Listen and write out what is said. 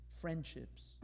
friendships